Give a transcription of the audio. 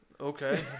Okay